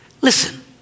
Listen